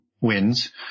wins